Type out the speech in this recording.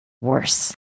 worse